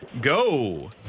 go